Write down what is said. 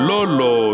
Lolo